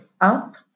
up